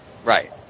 Right